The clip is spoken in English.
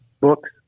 books